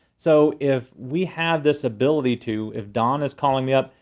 so if we have this ability to, if don is calling me up,